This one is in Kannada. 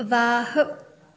ವಾಹ್